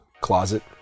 closet